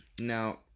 now